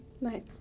Nice